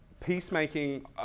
peacemaking